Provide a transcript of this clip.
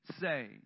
say